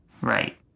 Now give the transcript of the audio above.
Right